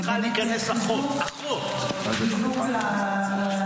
צריכה להיכנס אחות, או שתבוא עם מלווה.